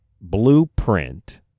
blueprint